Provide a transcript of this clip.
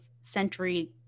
century